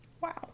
Wow